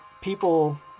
people